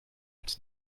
als